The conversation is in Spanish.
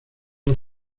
los